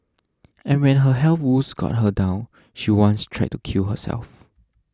and when her health woes got her down she once tried to kill herself